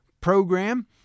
program